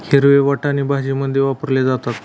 हिरवे वाटाणे भाजीमध्ये वापरले जातात